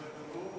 "אלמותנבי"